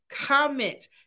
comment